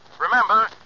Remember